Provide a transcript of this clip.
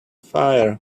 fire